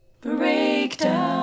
Breakdown